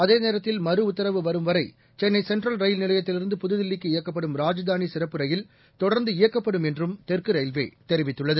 அதேநேரத்தில் மறுஉத்தரவு வரும்வரை சென்னைசென்ட்ரல் ரயில் நிலையத்திலிருந்து புதுதில்லிக்கு இயக்கப்படும் ராஜ்தானிசிறப்பு ரயில் தொடர்ந்து இயக்கப்படும் என்றும் தெற்குரயில்வேதெரிவித்துள்ளது